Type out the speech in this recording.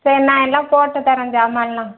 sir நான் எல்லாம் போட்டுத்தரேன் ஜாமான்லாம்